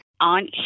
on